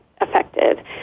affected